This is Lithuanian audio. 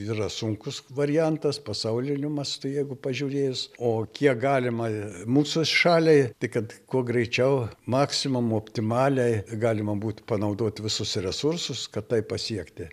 yra sunkus variantas pasauliniu mastu jeigu pažiūrėjus o kiek galima mūsų šaliai tai kad kuo greičiau maksimum optimaliai galima būt panaudot visus resursus kad tai pasiekti